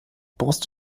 brust